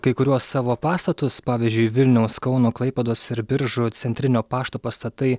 kai kuriuos savo pastatus pavyzdžiui vilniaus kauno klaipėdos ir biržų centrinio pašto pastatai